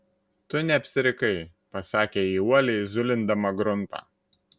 tu neapsirikai pasakė ji uoliai zulindama gruntą